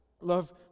Love